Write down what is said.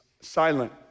silent